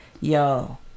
yo